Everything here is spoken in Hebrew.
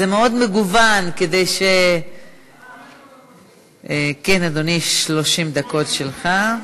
זה מאוד מגוון, כדי, כן, אדוני, 30 דקות שלך.